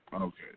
Okay